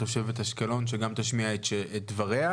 תושבת אשקלון שגם תשמיע את דבריה,